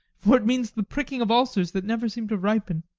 for it means the pricking of ulcers that never seemed to ripen